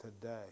Today